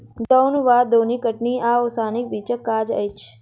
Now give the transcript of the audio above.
दौन वा दौनी कटनी आ ओसौनीक बीचक काज अछि